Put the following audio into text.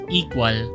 equal